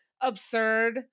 absurd